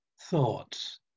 thoughts